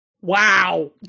Wow